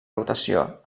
rotació